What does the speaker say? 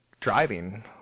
driving